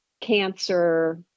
cancer